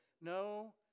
No